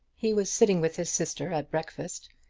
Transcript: he was sitting with his sister at breakfast,